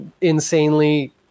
insanely